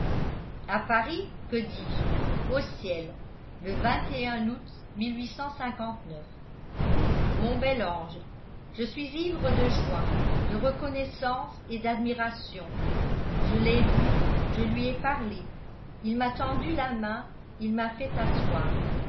à paris que dis-je au ciel le août mon bel ange je suis ivre de joie de reconnaissance et d'admiration je l'ai vu je lui ai parlé il m'a tendu la main il m'a fait asseoir